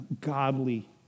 godly